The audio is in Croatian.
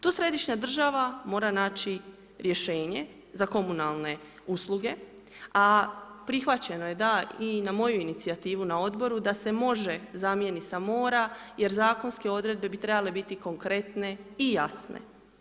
Tu središnja država mora naći rješenje za komunalne usluge, a prihvaćeno je da i na moju inicijativu na Odboru da se može zamjeni sa mora jer zakonske odredbe bi trebale biti konkretne i jasne.